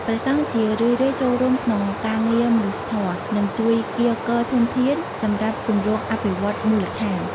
ព្រះសង្ឃជារឿយៗចូលរួមក្នុងការងារមនុស្សធម៌ និងជួយកៀរគរធនធានសម្រាប់គម្រោងអភិវឌ្ឍន៍មូលដ្ឋាន។